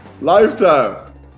Lifetime